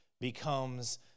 becomes